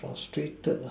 frustrated lah